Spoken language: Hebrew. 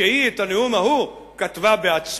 שהיא את הנאום ההוא כתבה בעצמה,